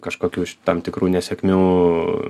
kažkokių ši tam tikrų nesėkmių